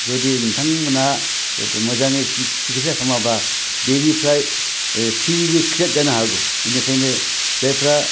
जुदि नोंथांमोना मोजाङै सिखिदसा खालामाब्ला बिनिफ्राय टि बि बो क्रियेट जानो हागौ बिनिखायनो जायफ्रा